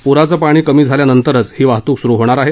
पूराचं पाणी कमी झाल्यानंतरच ती वाहतूक सुरू होणार आहे